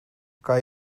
kan